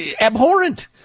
abhorrent